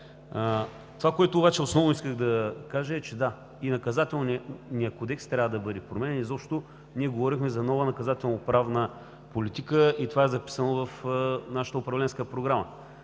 Това, което основно исках да кажа е, че – да, и Наказателният кодекс трябва да бъде променен. Ние говорихме за нова наказателноправна политика и това е записано в нашата управленска програма.